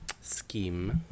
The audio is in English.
scheme